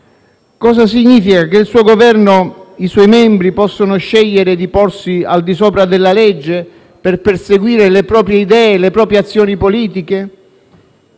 cosa significa che il suo Governo e i suoi membri possono scegliere di porsi al di sopra della legge, per perseguire le proprie idee e azioni politiche?